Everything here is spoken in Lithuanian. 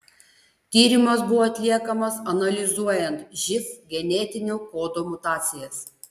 tyrimas buvo atliekamas analizuojant živ genetinio kodo mutacijas